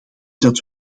dat